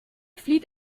flieht